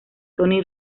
tony